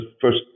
first